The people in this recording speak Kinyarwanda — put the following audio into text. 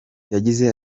yagize